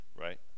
right